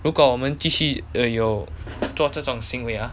如果我们继续有做这种行为